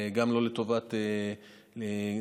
גם לא לטובת סיוע,